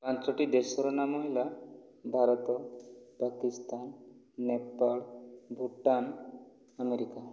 ପାଞ୍ଚୋଟି ଦେଶର ନାମ ହେଲା ଭାରତ ପାକିସ୍ତାନ ନେପାଳ ଭୁଟାନ ଆମେରିକା